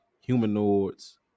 humanoids